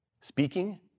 speaking